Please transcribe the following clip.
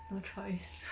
no choice